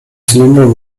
cylinder